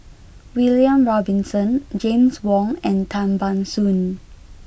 William Robinson James Wong and Tan Ban Soon